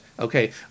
Okay